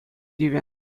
тивӗ